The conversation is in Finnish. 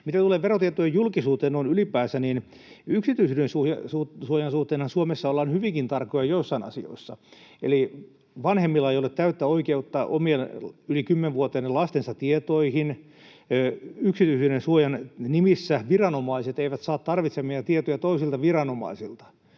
Mitä tulee verotietojen julkisuuteen noin ylipäänsä, niin yksityisyydensuojan suhteenhan Suomessa ollaan hyvinkin tarkkoja joissain asioissa: vanhemmilla ei ole täyttä oikeutta omien yli kymmenvuotiaiden lastensa tietoihin, yksityisyydensuojan nimissä viranomaiset eivät saa tarvitsemiaan tietoja toisilta viranomaisilta.